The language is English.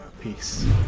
peace